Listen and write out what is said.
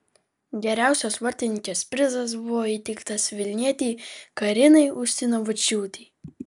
geriausios vartininkės prizas buvo įteiktas vilnietei karinai ustinovičiūtei